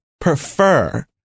prefer